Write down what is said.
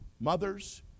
mothers